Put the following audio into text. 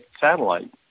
satellite